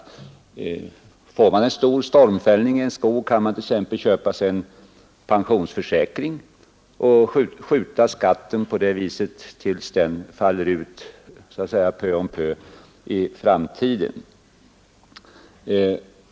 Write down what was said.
Efter en stor stormfällning i en skog kan man t.ex. köpa sig en pensionsförsäkring för de pengar man får in och på det viset skjuta på skatten för att betala den peu å peu i framtiden.